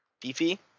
Fifi